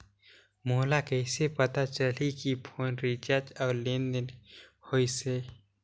मोला कइसे पता चलही की फोन रिचार्ज और लेनदेन होइस हे?